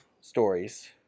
stories